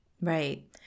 Right